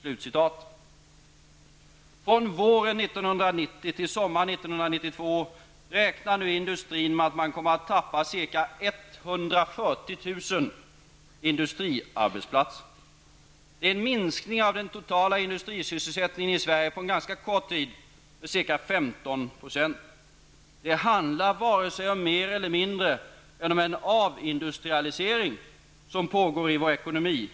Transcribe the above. Från våren 1990 till sommaren 1992 räknar nu industrin med att man kommer att tappa ca 140 000 industriarbetsplatser. Det är en minskning av den totala industrisysselsättningen med närmare 15 % under ganska kort tid. Det handlar om vare sig mer eller mindre än en avindustrialisering som pågår inom vår ekonomi.